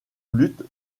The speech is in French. lutte